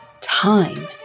time